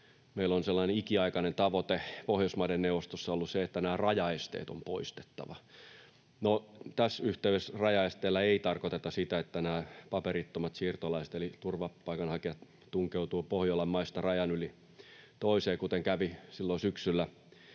— ikiaikainen tavoite Pohjoismaiden neuvostossa ollut se, että nämä rajaesteet on poistettava. No, tässä yhteydessä rajaesteillä ei tarkoiteta sitä, että nämä paperittomat siirtolaiset eli turvapaikanhakijat tunkeutuvat Pohjolan maista rajan yli toiseen, kuten kävi silloin syksyllä